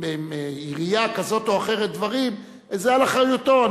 בעירייה זו או אחרת, דברים, זה על אחריותו.